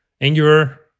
Angular